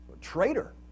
traitor